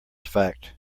fact